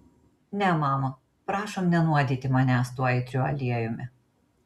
ne mama prašom nenuodyti manęs tuo aitriu aliejumi